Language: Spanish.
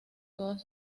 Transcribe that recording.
todas